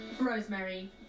Rosemary